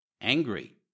Angry